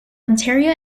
ontario